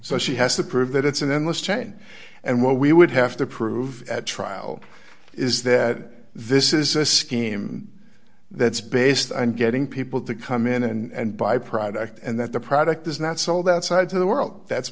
so she has to prove that it's an endless chain and what we would have to prove at trial is that this is a scheme that's based on getting people to come in and buy a product and that the product is not sold outside to the world that's